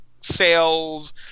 sales